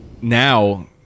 Now